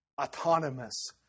autonomous